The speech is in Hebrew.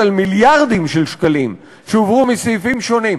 על מיליארדים של שקלים שהועברו מסעיפים שונים.